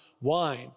wine